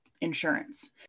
insurance